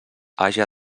haja